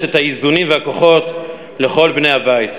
את האיזונים והכוחות לכל בני הבית,